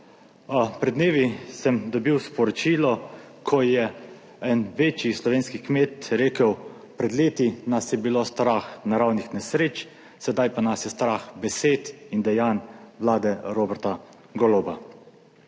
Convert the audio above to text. Pred dnevi sem dobil sporočilo, ko je en večji slovenski kmet rekel: »Pred leti nas je bilo strah naravnih nesreč, sedaj pa nas je strah besed in dejanj Vlade Roberta Goloba.«